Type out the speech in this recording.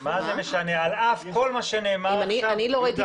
על אף כל מה שנאמר שם --- אם הייעוץ